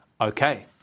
Okay